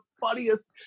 funniest